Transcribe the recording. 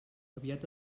aviat